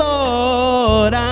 Lord